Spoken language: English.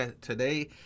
today